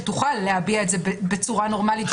שתוכל להביע את זה בצורה נורמלית,